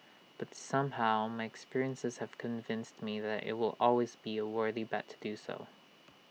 but somehow my experiences have convinced me that IT will always be A worthy bet to do so